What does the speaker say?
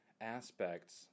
aspects